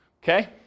okay